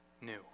new